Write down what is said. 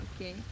Okay